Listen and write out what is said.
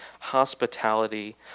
hospitality